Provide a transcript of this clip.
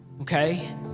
okay